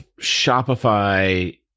Shopify